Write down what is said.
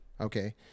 okay